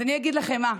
אז אני אגיד לכם מה.